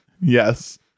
yes